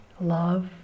love